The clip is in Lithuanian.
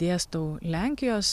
dėstau lenkijos